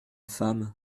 femme